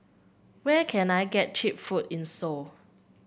where can I get cheap food in Seoul